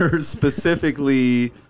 specifically